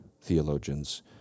theologians